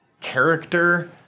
character